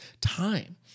time